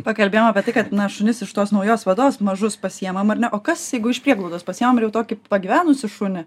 pakalbėjom apie tai kad na šunis iš tos naujos vados mažus pasiimam ar ne o kas jeigu iš prieglaudos pasiimi tokį pagyvenusį šunį